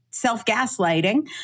self-gaslighting